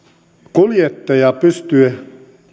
kuljettaja pystyy